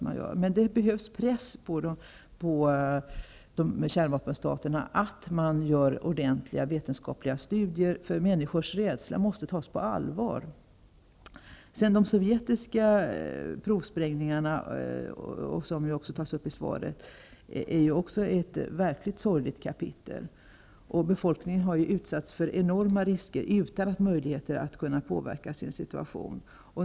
Men det behövs press på kärnvapenstaterna att göra ordentliga vetenskapliga studier, för människors rädsla måste tas på allvar. De sovjetiska provsprängningarna, som tas upp i svaret, är också ett verkligt sorgligt kapitel. Befolkningen har utsatts för enorma risker utan möjligheter att kunna påverka sin situation.